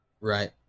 Right